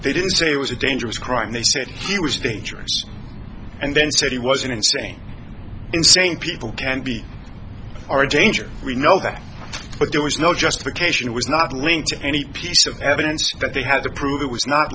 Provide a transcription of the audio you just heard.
they didn't say it was a dangerous crime they said he was dangerous and then said he wasn't insane insane people can be our danger we know that but there was no justification it was not linked to any piece of evidence that they had t